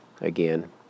again